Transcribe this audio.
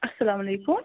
اَلسَلام علیٚکُم